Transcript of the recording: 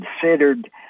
considered